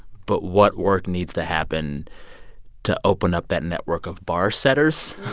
but what work needs to happen to open up that network of bar-setters?